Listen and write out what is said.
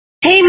Hey